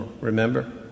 remember